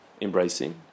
embracing